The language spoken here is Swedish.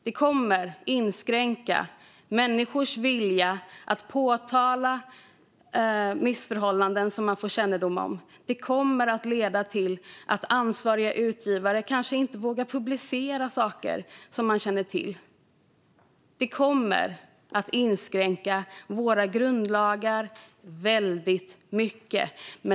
Det kommer att inskränka människors vilja att påtala missförhållanden de fått kännedom om, och det kommer att leda till att ansvariga utgivare kanske inte vågar publicera sådant de känner till. Det kommer att inskränka våra grundlagar väldigt mycket.